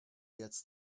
gets